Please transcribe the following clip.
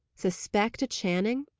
suspect a channing!